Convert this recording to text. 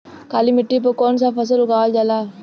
काली मिट्टी पर कौन सा फ़सल उगावल जाला?